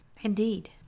Indeed